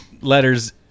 letters